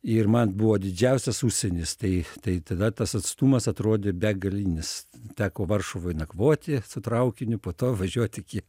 ir man buvo didžiausias užsienis tai tai tada tas atstumas atrodė begalinis teko varšuvoj nakvoti su traukiniu po to važiuot iki